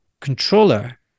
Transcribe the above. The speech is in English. controller